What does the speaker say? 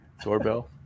doorbell